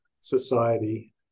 society